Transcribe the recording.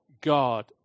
God